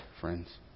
friends